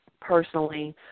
personally